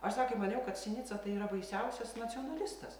aš sakė maniau kad sinica tai yra baisiausias nacionalistas